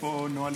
התשפ"ה 2024,